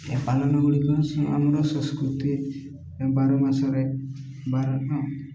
ଏ ପାଳନ ଗୁଡ଼ିକ ଆମର ସଂସ୍କୃତି ବାର ମାସରେ ବାର